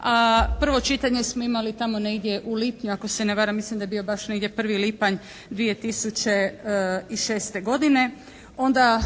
a prvo čitanje smo imali tamo negdje u lipnju ako se ne varam. Mislim da je bio baš negdje 1. lipanj 2006. godine. Onda